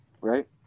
right